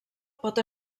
pot